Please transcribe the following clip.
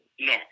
No